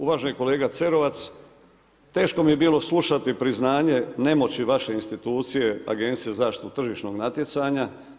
Uvaženi kolega Cerovac, teško mi je bilo slušati priznanje nemoći vaše institucije Agencije za zaštitu od tržišnog natjecanja.